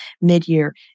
mid-year